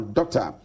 Doctor